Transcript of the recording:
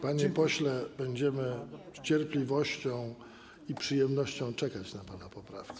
Panie pośle, będziemy z cierpliwością i przyjemnością czekać na pana poprawki.